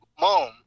mom